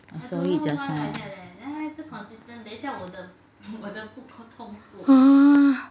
I saw it just now !huh!